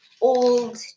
old